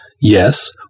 Yes